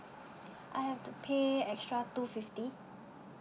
I have to pay extra two fifty